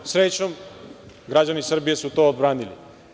Srećom, građani Srbije su to odbranili.